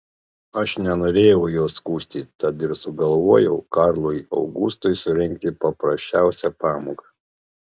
aš nenorėjau jo skųsti tad ir sugalvojau karlui augustui surengti paprasčiausią pamoką